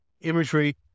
imagery